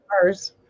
cars